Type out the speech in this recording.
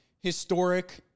historic